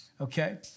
Okay